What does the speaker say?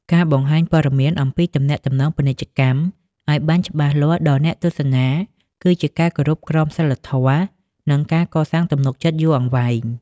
ការបង្ហាញព័ត៌មានអំពីទំនាក់ទំនងពាណិជ្ជកម្ម ឱ្យបានច្បាស់លាស់ដល់អ្នកទស្សនា គឺជាការគោរពក្រមសីលធម៌ និងការកសាងទំនុកចិត្តយូរអង្វែង។